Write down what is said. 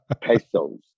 pesos